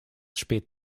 spät